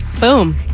Boom